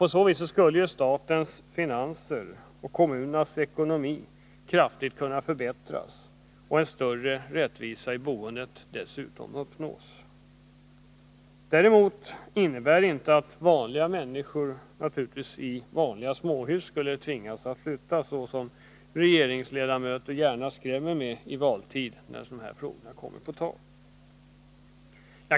På så vis skulle statens finanser och kommunernas ekonomi kraftigt kunna förbättras och en större rättvisa i boendet dessutom uppnås. Däremot innebär det naturligtvis inte att vanliga människor i vanliga småhus skulle tvingas flytta — något som regeringsledamöter gärna skrämmer med i valtider när en sådan här fråga kommer på tal.